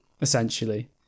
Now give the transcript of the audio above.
essentially